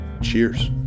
cheers